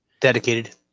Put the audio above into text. Dedicated